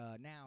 now